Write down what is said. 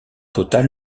total